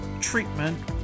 treatment